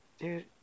dude